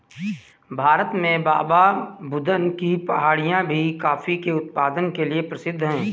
भारत में बाबाबुदन की पहाड़ियां भी कॉफी के उत्पादन के लिए प्रसिद्ध है